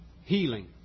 healing